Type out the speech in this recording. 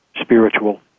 spiritual